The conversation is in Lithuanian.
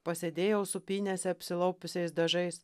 pasėdėjau sūpynėse apsilaupiusiais dažais